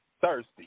thirsty